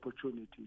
opportunities